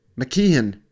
McKeon